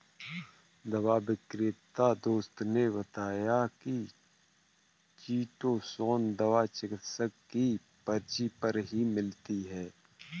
दवा विक्रेता दोस्त ने बताया की चीटोसोंन दवा चिकित्सक की पर्ची पर ही मिलती है